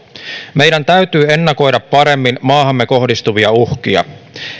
meidän täytyy ennakoida paremmin maahamme kohdistuvia uhkia